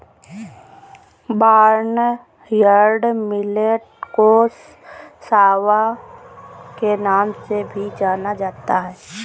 barnyard millet को सांवा के नाम से भी जाना जाता है